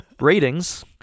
ratings